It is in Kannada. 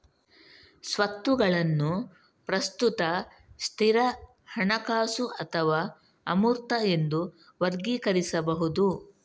ಸ್ವತ್ತುಗಳನ್ನು ಪ್ರಸ್ತುತ, ಸ್ಥಿರ, ಹಣಕಾಸು ಅಥವಾ ಅಮೂರ್ತ ಎಂದು ವರ್ಗೀಕರಿಸಬಹುದು